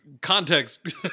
context